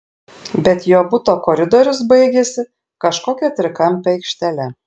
bet jo buto koridorius baigėsi kažkokia trikampe aikštele